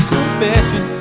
Confession